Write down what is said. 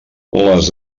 les